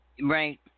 Right